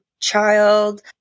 child